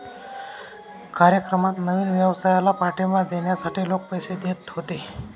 कार्यक्रमात नवीन व्यवसायाला पाठिंबा देण्यासाठी लोक पैसे देत होते